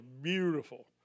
beautiful